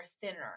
thinner